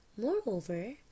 Moreover